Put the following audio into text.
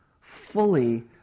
fully